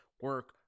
Work